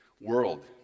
world